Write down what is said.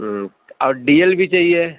اور D L بھی چاہیے